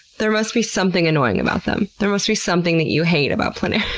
there must be something annoying about them. there must be something that you hate about planarians.